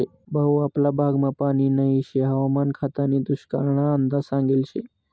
भाऊ आपला भागमा पानी नही शे हवामान खातानी दुष्काळना अंदाज सांगेल शे